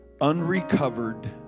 Unrecovered